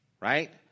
right